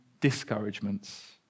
discouragements